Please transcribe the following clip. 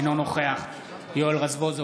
אינו נוכח יואל רזבוזוב,